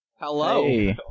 Hello